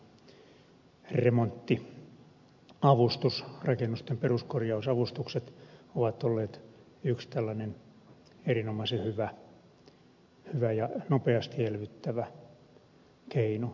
esimerkiksi remonttiavustus rakennusten peruskorjausavustukset ovat olleet yksi tällainen erinomaisen hyvä ja nopeasti elvyttävä keino